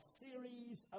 series